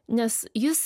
nes jis